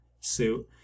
suit